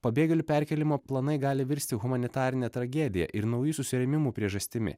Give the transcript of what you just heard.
pabėgėlių perkėlimo planai gali virsti humanitarine tragedija ir naujų susirėmimų priežastimi